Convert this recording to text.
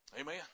Amen